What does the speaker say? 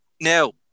Now